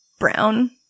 brown